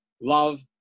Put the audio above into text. Love